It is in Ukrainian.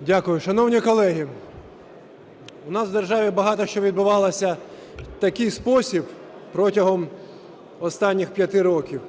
Дякую. Шановні колеги, у нас в державі багато що відбувалося в такий спосіб протягом останніх 5 років,